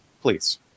please